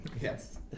Yes